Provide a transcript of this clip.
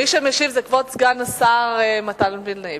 מי שמשיב זה כבוד סגן השר מתן וילנאי.